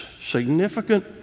significant